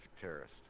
terrorist